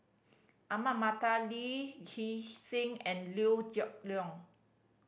Ahmad Mattar Lee Hee Seng and Liew Geok Leong